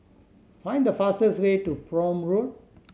find the fastest way to Prome Road